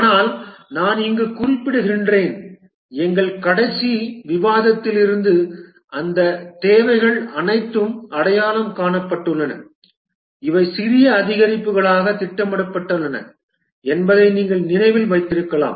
ஆனால் நான் இங்கு குறிப்பிடுகிறேன் எங்கள் கடைசி விவாதத்திலிருந்து அந்த தேவைகள் அனைத்தும் அடையாளம் காணப்பட்டுள்ளன இவை சிறிய அதிகரிப்புகளாக திட்டமிடப்பட்டுள்ளன என்பதை நீங்கள் நினைவில் வைத்திருக்கலாம்